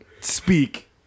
speak